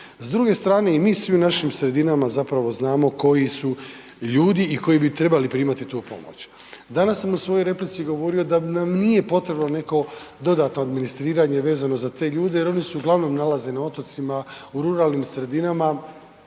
S druge strane i mi svi u našim sredinama zapravo znamo koji su ljudi i koji bi trebali primati tu pomoć. Danas sam u svojoj replici govorio da nam nije potrebno neko dodatno administriranje vezano za te ljude jer oni se uglavnom nalaze na otocima u ruralnim sredinama